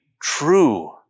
true